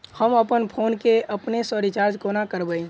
हम अप्पन फोन केँ अपने सँ रिचार्ज कोना करबै?